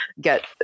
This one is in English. get